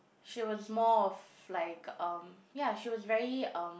she was more of like um ya she was very um